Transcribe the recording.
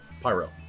Pyro